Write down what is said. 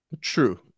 True